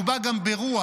הוא בא גם ברוח.